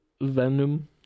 Venom